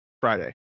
Friday